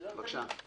בבקשה.